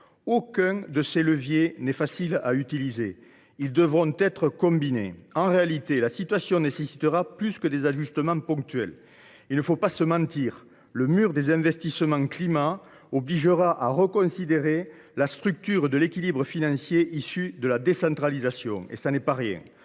Aucun de ces leviers n’est facile à utiliser ; ils devront être combinés. En réalité, la situation nécessitera plus que des ajustements ponctuels. Il ne faut pas se mentir, le mur des investissements liés au climat obligera à reconsidérer la structure de l’équilibre financier issu de la décentralisation. On ne passera